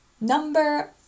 number